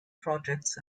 projects